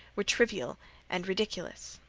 were trivial and ridiculous.